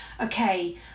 okay